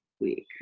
week